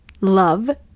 Love